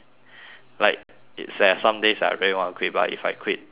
like it there's some days I really want to quit but if I quit I will like